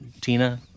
Tina